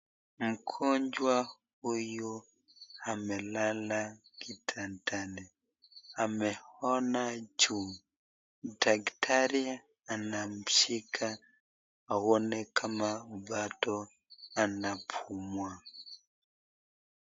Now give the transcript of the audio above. Mgonjwa huyu amelala kitandani, ameona juu, daktari anamshika aone kama bado anapumua.